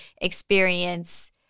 experience